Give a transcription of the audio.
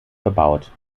bebaut